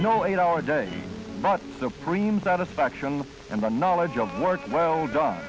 no eight hour day but supreme satisfaction and the knowledge of work well done